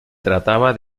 trataba